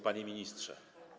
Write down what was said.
Panie Ministrze!